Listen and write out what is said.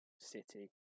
City